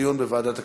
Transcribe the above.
לוועדת כלכלה.